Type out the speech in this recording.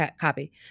Copy